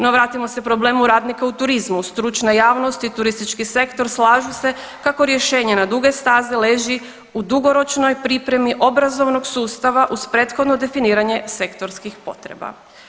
No vratimo se problemu radnika u turizmu, stručna javnost i turistički sektor slažu se kako rješenje na duge staze leži u dugoročnoj pripremi obrazovnog sustava uz prethodno definiranje sektorskih potreba.